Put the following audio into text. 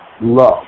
love